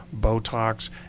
Botox